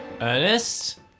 Ernest